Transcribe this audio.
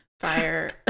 Fire